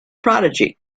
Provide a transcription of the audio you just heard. prodigy